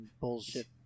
bullshit